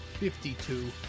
52